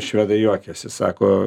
švedai juokiasi sako